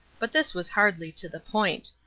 but this was hardly to the point.